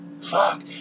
Fuck